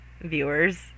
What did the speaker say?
viewers